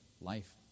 life